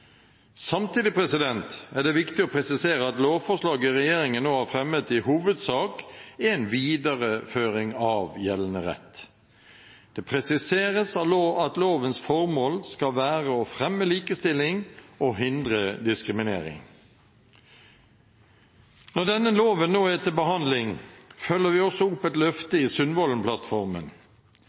Samtidig er det viktig å presisere at lovforslaget regjeringen nå har fremmet, i hovedsak er en videreføring av gjeldende rett. Det presiseres at lovens formål skal være å fremme likestilling og hindre diskriminering. Når denne loven nå er til behandling, følger vi også opp et løfte i